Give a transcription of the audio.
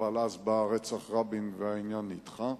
אבל אז היה רצח רבין והעניין נדחה.